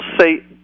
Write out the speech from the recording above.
say